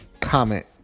comment